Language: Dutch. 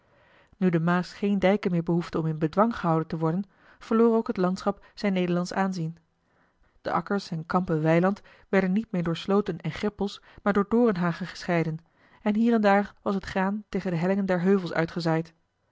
nu de maas geen dijken meer behoefde om in bedwang gehouden te worden verloor ook het landschap zijn nederlandsch aanzien eli heimans willem roda de akkers en kampen weiland werden niet meer door slooten en greppels maar door dorenhagen gescheiden en hier en daar was het graan tegen de hellingen der heuvels uitgezaaid